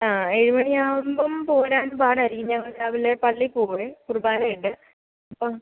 ആ ഏഴ് മണിയാകുമ്പം പോരാൻ പാടായിരിക്കും ഞങ്ങള് രാവിലെ പള്ളിയിൽ പോകുവേ കുർബാനയുണ്ട് അപ്പം